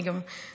אני גם רוצה,